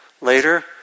later